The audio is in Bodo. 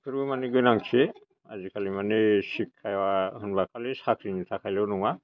बेफोरबो माने गोनांथि आजिखालि मानि सिख्खा होनब्ला खालि साख्रिनि थाखायल' नङा